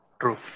True